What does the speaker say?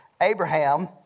Abraham